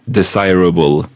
desirable